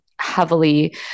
heavily